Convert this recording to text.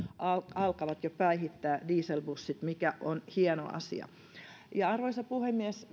alkavat jo päihittää dieselbussit mikä on hieno asia arvoisa puhemies